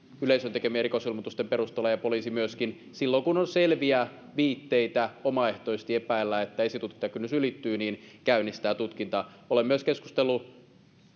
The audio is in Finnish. yleisön tekemien rikosilmoitusten perusteella ja poliisi myöskin silloin kun on selviä viitteitä omaehtoisesti epäillä että esitutkintakynnys ylittyy käynnistää tutkinnan olen myös keskustellut